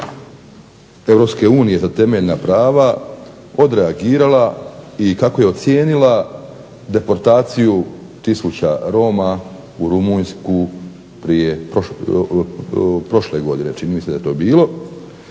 Agencija EU za temeljna prava odreagirala i kako je ocijenila deportaciju tisuća Roma u Rumunjsku prošle godine čini mi se da je to bilo.